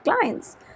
clients